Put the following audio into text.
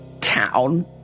town